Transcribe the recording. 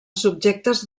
subjectes